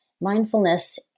mindfulness